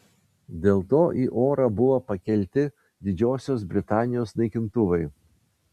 dėl to į orą buvo pakelti didžiosios britanijos naikintuvai